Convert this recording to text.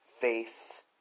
faith